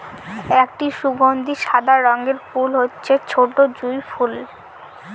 একটি সুগন্ধি সাদা রঙের ফুল হচ্ছে ছোটো জুঁই ফুল